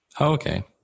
Okay